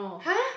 !huh!